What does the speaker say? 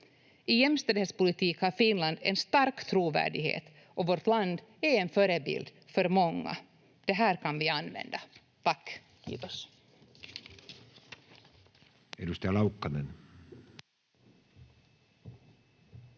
I jämställdhetspolitik har Finland en stark trovärdighet och vårt land är en förebild för många. Det här kan vi använda. — Tack,